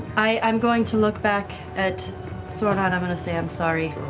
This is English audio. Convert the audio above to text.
i'm going to look back at soorna and i'm going to say i'm sorry.